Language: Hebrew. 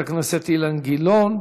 חבר הכנסת אילן גילאון.